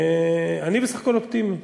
אני בסך הכול אופטימי.